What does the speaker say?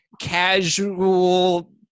casual